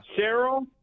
Cheryl